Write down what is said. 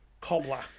Cobbler